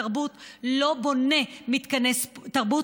משרד התרבות לא בונה מתקני תרבות,